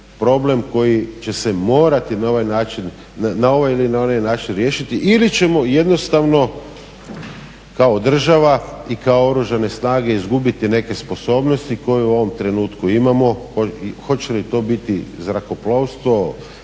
problem koji će se morati na ovaj način, na ovaj ili na onaj način riješiti ili ćemo jednostavno kao država i kao Oružane snage izgubiti neke sposobnosti koje u ovom trenutku imamo. Hoće li to biti zrakoplovstvo,